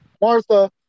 Martha